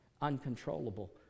Uncontrollable